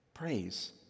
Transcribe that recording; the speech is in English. Praise